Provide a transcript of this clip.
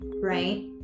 right